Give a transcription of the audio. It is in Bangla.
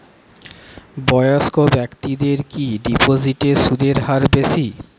বয়স্ক ব্যেক্তিদের কি ডিপোজিটে সুদের হার বেশি?